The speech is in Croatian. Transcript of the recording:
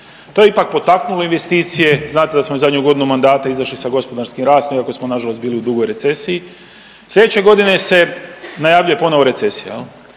To je ipak potaknulo investicije, znate da smo zadnju godinu mandata izašli sa gospodarskim rastom iako smo nažalost bili u dugoj recesiji. Slijedeće godine se najavljuje ponovo recesija,